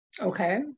okay